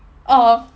oh